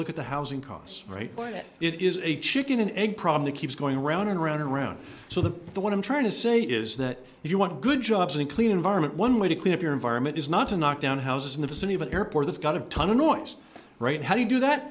look at the housing costs right it is a chicken and egg problem that keeps going around and around and around so the the what i'm trying to say is that if you want good jobs and clean environment one way to clean up your environment is not to knock down houses in the vicinity of an airport that's got a ton of noise right how do you do that